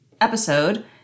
episode